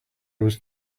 was